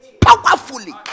powerfully